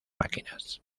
máquinas